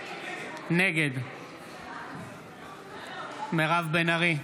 נגד מירב בן ארי,